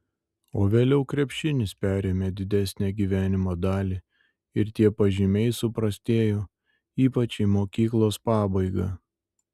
o vėliau krepšinis perėmė didesnę gyvenimo dalį ir tie pažymiai suprastėjo ypač į mokyklos pabaigą